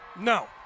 No